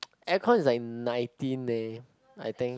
aircon is like nineteen eh I think